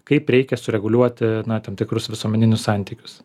kaip reikia sureguliuoti na tam tikrus visuomeninius santykius